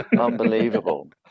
Unbelievable